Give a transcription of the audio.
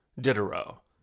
Diderot